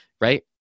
right